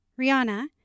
Rihanna